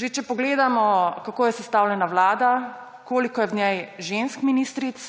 Če že pogledamo, kako je sestavljena vlada, koliko je v njej žensk ministric,